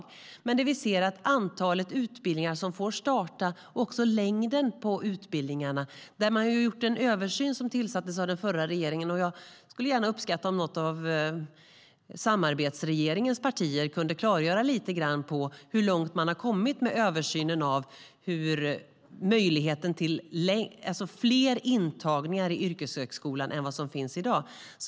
När det gäller antalet utbildningar som får starta och även längden på utbildningarna har det gjorts en översyn som startades av den förra regeringen. Jag skulle uppskatta om något av samarbetsregeringens partier kunde klargöra lite grann hur långt man har kommit med översynen av möjligheten till fler intagningar i yrkeshögskolan än vad som finns i dag.